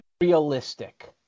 realistic